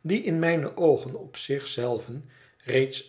die in mijne oogen op zich zelven